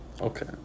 Okay